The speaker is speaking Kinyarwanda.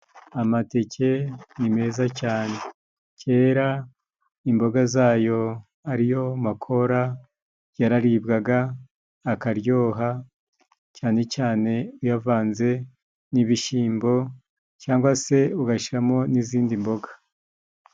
Amateke ni meza cyane. Cyera imboga zayo ari yo makora yararibwaga akaryoha cyane cyane iyo uyavanze n'ibishyimbo cyangwa se ugashyiramo n'izindi mboga.